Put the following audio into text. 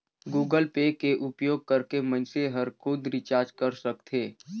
Google Pay के उपयोग करके मइनसे हर खुद रिचार्ज कर सकथे